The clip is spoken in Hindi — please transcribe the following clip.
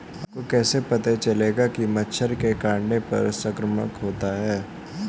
आपको कैसे पता चलेगा कि मच्छर के काटने से संक्रमण होता है?